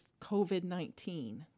COVID-19